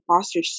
foster